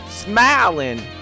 smiling